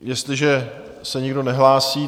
Jestliže se nikdo nehlásí...